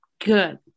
good